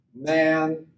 man